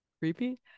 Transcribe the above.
Creepy